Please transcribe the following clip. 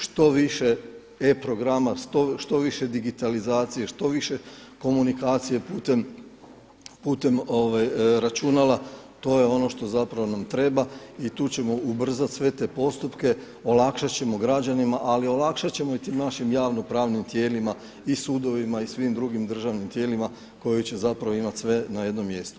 Što više e-programa, što više digitalizacije, što više komunikacije putem računala to je ono što nam treba i tu ćemo ubrzati sve te postupke, olakšat ćemo građanima ali olakšati ćemo i tim našim javnopravnim tijelima i sudovima i svim drugim državnim tijelima koji će imati sve na jednom mjestu.